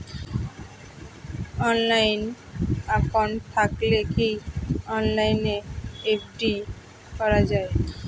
Online account থাকলে কি অনলাইনে এফ.ডি করা যায়?